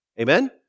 Amen